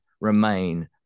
remain